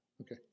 Okay